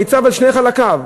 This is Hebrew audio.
המיצ"ב על שני חלקיו,